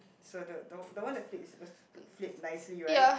so the the the one that flip is suppose to flip nicely right